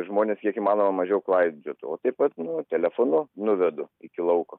žmonės kiek įmanoma mažiau klaidžiotų o taip pat nu telefonu nuvedu iki lauko